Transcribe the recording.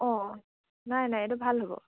অঁ নাই নাই এইটো ভাল হ'ব